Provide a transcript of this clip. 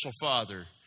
father